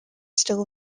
still